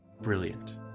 Brilliant